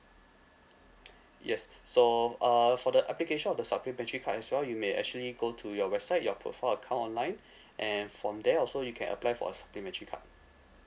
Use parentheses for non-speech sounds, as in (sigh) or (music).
yes so uh for the application of the supplementary card as well you may actually go to your website your profile account online (breath) and from there also you can apply for a supplementary card